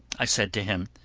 i said to him,